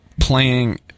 playing